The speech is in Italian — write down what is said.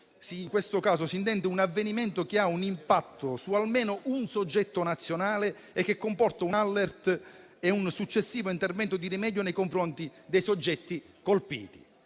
in questo caso si intende un avvenimento che ha un impatto su almeno un soggetto nazionale e che comporta un *alert* e un successivo intervento di rimedio nei confronti dei soggetti colpiti.